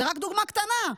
זו רק דוגמה קטנה.